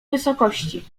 wysokości